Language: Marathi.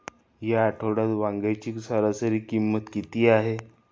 या आठवड्यात वांग्याची सरासरी किंमत किती आहे?